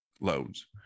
loads